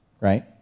right